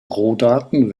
rohdaten